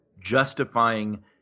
justifying